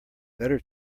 better